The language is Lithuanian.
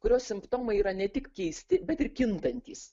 kurio simptomai yra ne tik keisti bet ir kintantys